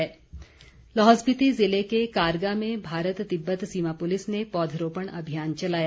ITBP Lahaul Spiti ज़िले के कारगा में भारत तिब्बत सीमा पुलिस ने पौधरोपण अभियान चलाया